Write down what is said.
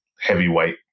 heavyweight